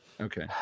Okay